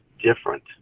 different